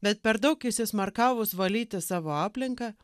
bet per daug įsismarkavus valyti savo aplinką